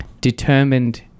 determined